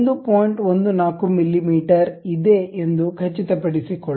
14 ಮಿಮೀ ಇದೆ ಎಂದು ಖಚಿತಪಡಿಸಿಕೊಳ್ಳಿ